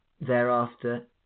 thereafter